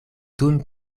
dum